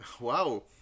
Wow